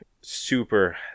super